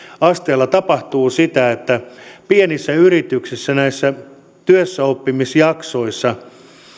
asteella tapahtuu sitä että pienissä yrityksissä näissä työssäoppimisjaksoissa